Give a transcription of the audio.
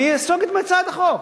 אני אסוג מהצעת החוק.